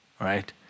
Right